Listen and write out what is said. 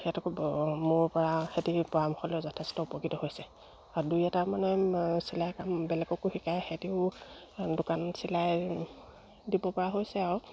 সিহঁতকো মোৰ পৰা সেহেঁতি পৰামৰ্শ লৈ যথেষ্ট উপকৃত হৈছে আৰু দুই এটা মানে চিলাই কাম বেলেগকো শিকাই সেহেঁতিও দোকানত চিলাই দিব পৰা হৈছে আৰু